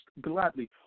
gladly